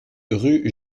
rue